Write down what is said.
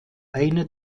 eine